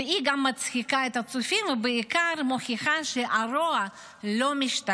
והיא גם מצחיקה את הצופים ובעיקר מוכיחה שהרוע לא משתלם.